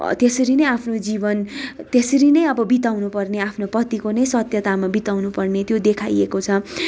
त्यसरी नै आफ्नो जीवन त्यसरी नै अब बिताउनुपर्ने आफ्नो पतिको नै सत्यतामा बिताउनुपर्ने त्यो देखाइएको छ